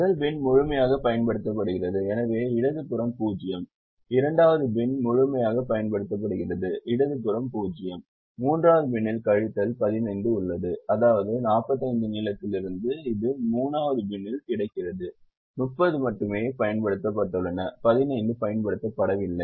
முதல் பின் முழுமையாகப் பயன்படுத்தப்படுகிறது எனவே இடது புறம் 0 இரண்டாவது பின் முழுமையாகப் பயன்படுத்தப்படுகிறது இடது புறம் 0 மூன்றாவது பின்னில் கழித்தல் 15 உள்ளது அதாவது 45 நீளத்திலிருந்து இது 3 வது பின்னில் கிடைக்கிறது 30 மட்டுமே பயன்படுத்தப்பட்டுள்ளன 15 பயன்படுத்தப்படவில்லை